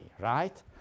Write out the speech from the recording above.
right